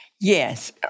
Yes